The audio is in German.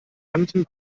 manchem